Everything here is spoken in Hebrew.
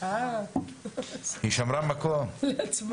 אני אומר כאן